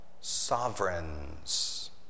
sovereigns